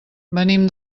venim